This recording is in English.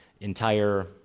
entire